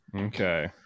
Okay